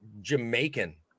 Jamaican